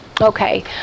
Okay